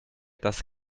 das